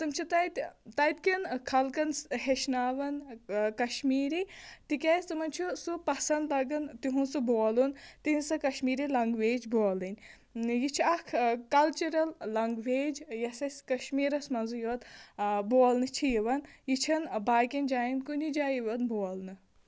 تِم چھِ تَتہِ تَتہِ کٮ۪ن خلقن ہیٚچھناوَن کَشمیٖری تِکیٛازِ تِمَن چھُ سُہ پسنٛد لگان تِہُنٛد سُہ بولُن تِہٕنٛز سۅ کَشمیری لَنٛگویج بولٕنۍ یہِ چھِ اَکھ کَلچَرَل لَنٛگویج یۄس اَسہِ کَشمیٖرَس منٛزٕے یوت آ بولنہٕ چھِ یِوان یہِ چھَنہٕ باقِیَن جایَن کُنی جایہِ یِوان بولنہٕ